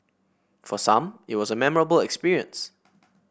for some it was a memorable experience